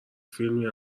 فیلمی